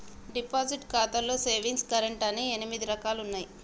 deposit ఖాతాలో savings current అని ఎనిమిది రకాలుగా ఉన్నయి